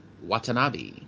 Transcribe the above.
Watanabe